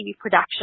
production